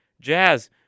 Jazz